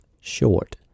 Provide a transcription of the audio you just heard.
short